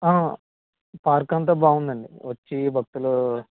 park అంతా బాగుంది అండీ వచ్చి భక్తులు